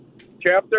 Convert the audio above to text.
chapter